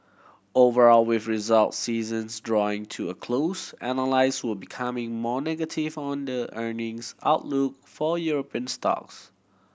overall with result seasons drawing to a close analysts were becoming more negative on the earnings outlook for European stocks